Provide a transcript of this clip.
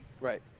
Right